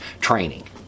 training